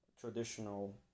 traditional